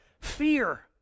fear